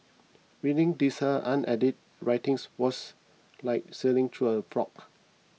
reading Lisa unedited writings was like sailing through a fog